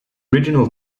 original